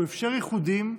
הוא אפשר איחודים,